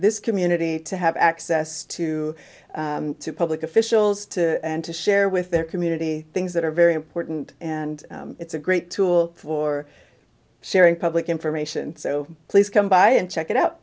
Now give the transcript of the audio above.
this community to have access to to public officials to and to share with their community things that are very important and it's a great tool for sharing public information so please come by and check it out